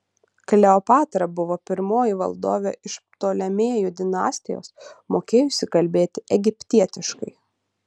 kleopatra buvo pirmoji valdovė iš ptolemėjų dinastijos mokėjusi kalbėti egiptietiškai